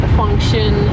function